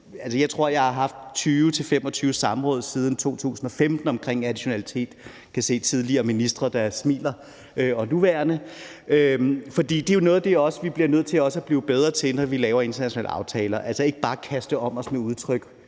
jeg tror, jeg har været i 20-25 samråd siden 2015 omkring additionalitet. Jeg kan se tidligere og nuværende ministre, der smiler. For noget af det, vi jo også bliver nødt til at blive bedre til, når vi laver internationale aftaler, er, at vi ikke bare kaster om os med udtryk